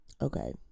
Okay